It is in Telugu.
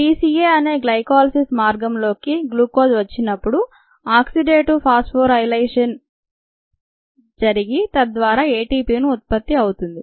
టీసీఏ అనే గ్లైకోలసిస్ మార్గంలోకి గ్లూకోజ్ వచ్చినప్పుడు ఆక్సిడేటివ్ ఫాస్ఫోరైలేషన్ జరిగి తద్వారా ఏటీపీని ఉత్పత్తి అవుతుంది